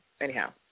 anyhow